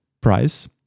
price